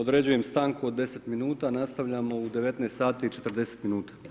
Određujem stanku od 10 minuta, nastavljamo u 19 sati i 40 minuta.